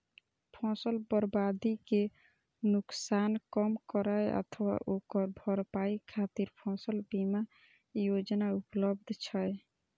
फसल बर्बादी के नुकसान कम करै अथवा ओकर भरपाई खातिर फसल बीमा योजना उपलब्ध छै